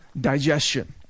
digestion